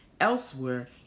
elsewhere